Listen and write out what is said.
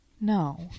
No